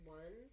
one